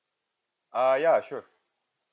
uh ya sure